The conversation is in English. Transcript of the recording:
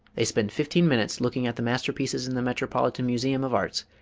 they spend fifteen minutes looking at the masterpieces in the metropolitan museum of arts,